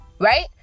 right